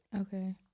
Okay